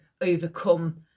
overcome